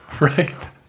Right